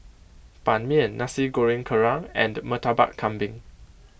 Ban Mian Nasi Goreng Kerang and Murtabak Kambing